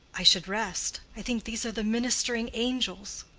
i should rest. i think these are the ministering angels.